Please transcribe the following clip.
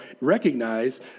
recognize